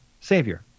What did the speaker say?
Savior